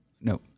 no